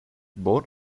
both